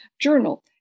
journal